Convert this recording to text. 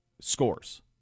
scores